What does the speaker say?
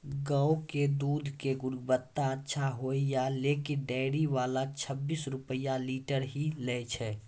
गांव के दूध के गुणवत्ता अच्छा होय या लेकिन डेयरी वाला छब्बीस रुपिया लीटर ही लेय छै?